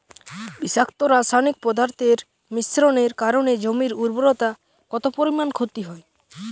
বিষাক্ত রাসায়নিক পদার্থের মিশ্রণের কারণে জমির উর্বরতা কত পরিমাণ ক্ষতি হয়?